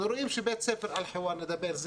אנחנו רואים שבית ספר אל-חיוואר שעליו